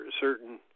certain